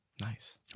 Nice